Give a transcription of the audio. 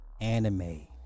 anime